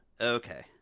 Okay